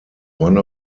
one